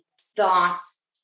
thoughts